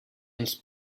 ens